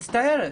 מצטערת,